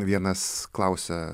vienas klausia